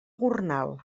gornal